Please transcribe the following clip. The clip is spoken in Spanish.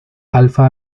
alpha